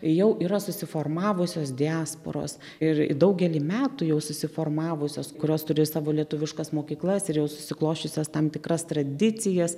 jau yra susiformavusios diasporos ir į daugelį metų jau susiformavusios kurios turi savo lietuviškas mokyklas ir jau susiklosčiusias tam tikras tradicijas